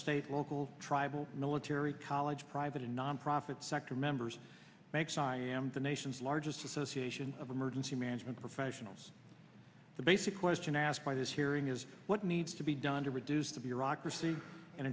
state local tribal military college private and nonprofit sector members makes i am the nation's largest association of emergency management professionals the basic question asked by this hearing is what needs to be done to reduce the bureaucracy and